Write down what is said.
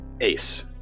Ace